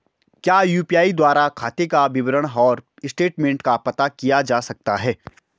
क्या यु.पी.आई द्वारा खाते का विवरण और स्टेटमेंट का पता किया जा सकता है?